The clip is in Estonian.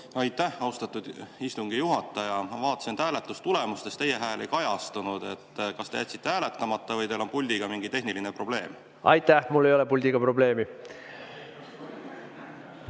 Aitäh, austatud istungi juhataja! Ma vaatasin, et hääletustulemustes teie hääl ei kajastunud. Kas te jätsite hääletamata või on teil puldiga mingi tehniline probleem? Aitäh! Mul ei ole puldiga probleemi.